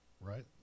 right